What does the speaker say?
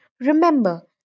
Remember